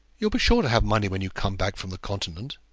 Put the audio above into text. you'll be sure to have money when you come back from the continent.